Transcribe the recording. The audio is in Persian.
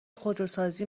خودروسازی